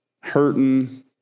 hurting